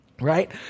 right